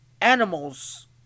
animals